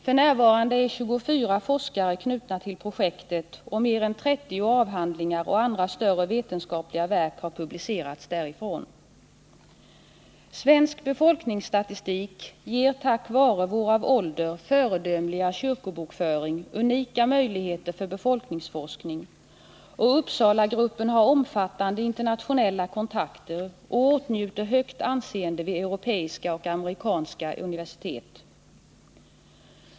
F. n. är 24 forskare knutna till projektet, och mer än 30 avhandlingar och andra större vetenskapliga verk har publicerats därifrån. Svensk befolkningsstatistik ger tack vare vår av ålder föredömliga kyrkobokföring unika möjligheter till befolkningsforskning, och Uppsalagruppen har omfattande internationella kontakter och åtnjuter högt anseende vid europeiska och amerikanska universitet.